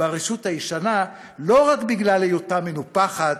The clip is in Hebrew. ברשות הישנה לא רק בגלל היותה מנופחת,